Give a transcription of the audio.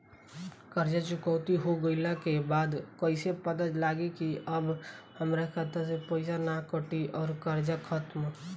कर्जा चुकौती हो गइला के बाद कइसे पता लागी की अब हमरा खाता से पईसा ना कटी और कर्जा खत्म?